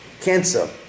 cancer